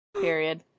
Period